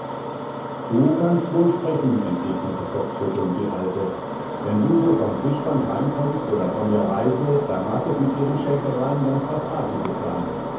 du kannst wohl sprechen entgegnete kopfschüttelnd die alte wenn du so vom fischfang heimkommst oder von der reise da mag es mit ihren schäkereien ganz was artiges sein